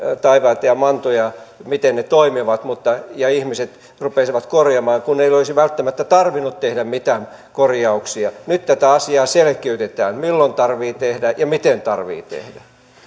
taivaat ja ja mannut miten ne puhdistuslaitteet toimivat ja ihmiset rupesivat korjaamaan kun ei olisi välttämättä tarvinnut tehdä mitään korjauksia nyt tätä asiaa selkiytetään milloin tarvitsee tehdä ja miten tarvitsee tehdä